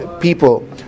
people